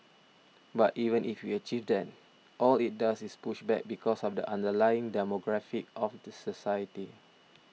but even if we achieve that all it does is push back because of the underlying demographic of the society